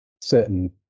certain